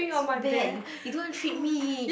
so bad you you don't want treat me